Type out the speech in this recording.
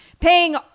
paying